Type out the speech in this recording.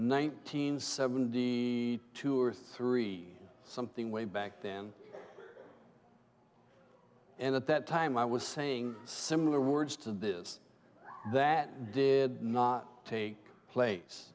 nineteen seventy two or three something way back then and at that time i was saying similar words to this that did not take place